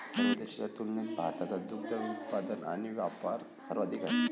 सर्व देशांच्या तुलनेत भारताचा दुग्ध उत्पादन आणि वापर सर्वाधिक आहे